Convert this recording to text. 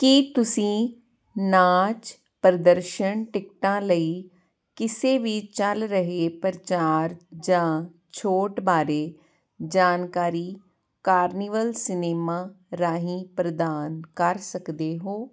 ਕੀ ਤੁਸੀਂ ਨਾਚ ਪ੍ਰਦਰਸ਼ਨ ਟਿਕਟਾਂ ਲਈ ਕਿਸੇ ਵੀ ਚੱਲ ਰਹੇ ਪ੍ਰਚਾਰ ਜਾਂ ਛੋਟ ਬਾਰੇ ਜਾਣਕਾਰੀ ਕਾਰਨੀਵਲ ਸਿਨੇਮਾ ਰਾਹੀਂ ਪ੍ਰਦਾਨ ਕਰ ਸਕਦੇ ਹੋ